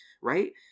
right